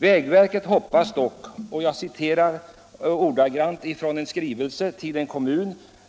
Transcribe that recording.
Vägverket hoppas dock — och jag citerar ordagrant från en skrivelse till en kommun —